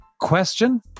question